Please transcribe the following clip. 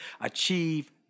Achieve